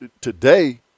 Today